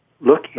Look